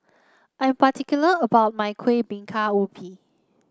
I'm particular about my Kueh Bingka Ubi